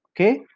okay